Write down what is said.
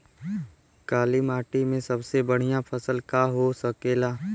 काली माटी में सबसे बढ़िया फसल का का हो सकेला?